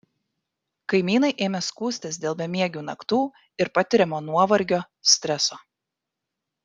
kaimynai ėmė skųstis dėl bemiegių naktų ir patiriamo nuovargio streso